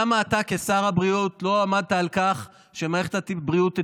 למה אתה כשר הבריאות לא עמדת על כך שמערכת הבריאות תתוגבר?